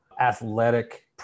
Athletic